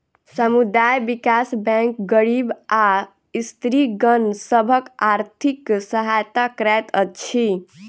समुदाय विकास बैंक गरीब आ स्त्रीगण सभक आर्थिक सहायता करैत अछि